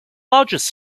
largest